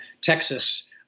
Texas